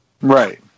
Right